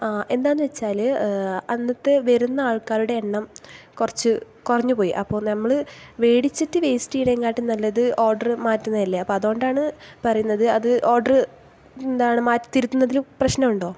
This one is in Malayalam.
എന്താന്നുവെച്ചാൽ അന്നത്തെ വരുന്ന ആൾക്കാരുടെ എണ്ണം കുറച്ച് കുറഞ്ഞുപോയി അപ്പോൾ നമ്മൾ വേടിച്ചിട്ട് വേസ്റ്റ് ചെയ്യാനേകാട്ടിം നല്ലത് ഓർഡർ മാറ്റുന്നതല്ലേ അപ്പോൾ അതു കൊണ്ടാണ് പറയുന്നത് അത് ഓർഡർ എന്താണ് മാറ്റി തിരുത്തുന്നതില് പ്രശ്നോണ്ടോ